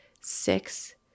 six